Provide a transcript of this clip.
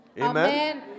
Amen